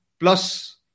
plus